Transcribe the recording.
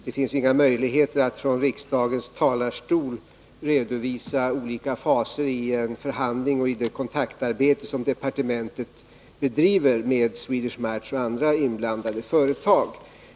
Det finns inga möjligheter att från riksdagens talarstol redovisa olika faser i departementets förhandlingar och kontaktarbete med Swedish Match och andra inblandade företag.